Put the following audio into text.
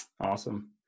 Awesome